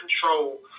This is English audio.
control